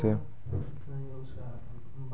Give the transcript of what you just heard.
अपन खाताक बचल पायक जानकारी कूना भेटतै?